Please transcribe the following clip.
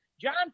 John